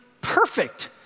perfect